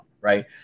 Right